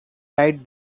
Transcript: right